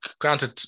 granted